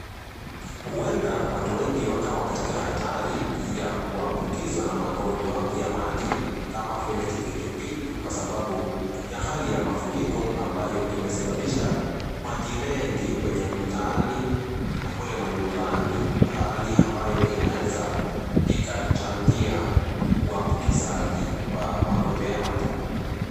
Huenda watu wengi wakawa katika hatari ya kuambukizwa na magonjwa ya maji kama vile kipindupindu kwa sababu ya hali ya mafuriko ambayo imesababisha maji mengi kwenye mtaani na manyumbani, hali ambayo inaweza kuchangia uambukizaji wa magonjwa ya maji.